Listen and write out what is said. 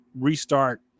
restart